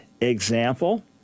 example